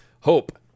hope